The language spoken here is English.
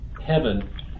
heaven